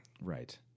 Right